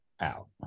out